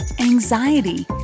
anxiety